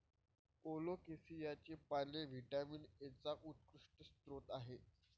कोलोकेसियाची पाने व्हिटॅमिन एचा उत्कृष्ट स्रोत आहेत